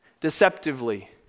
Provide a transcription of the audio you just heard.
deceptively